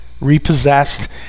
repossessed